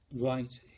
right